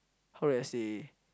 how do I say